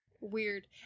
Weird